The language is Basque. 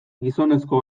gizonezko